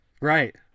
Right